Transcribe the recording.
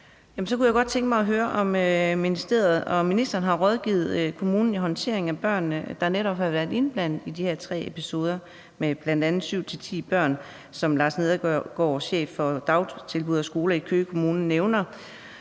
Så kunne jeg godt tænke mig at høre, om ministeriet og ministeren har rådgivet kommunen i håndteringen af de børn, der har været indblandet i de her tre episoder med bl.a. 7-10 børn, som Lars Nedergaard, chef for dagtilbud og skoler i Køge Kommune, netop